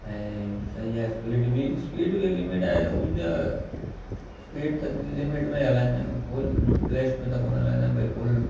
ऐं सही आहे स्पीड बि स्पीड बि लिमिट आहे त ऊर्जा स्पीड त लिमिट में हलाईंदा आहियूं फुल फ्लैश में त कोन हलाईंदा आहियूं भई फुल